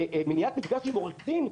מניעת מפגש עם עורך דין?